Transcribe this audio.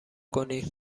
کنی